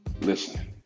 listen